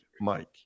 Mike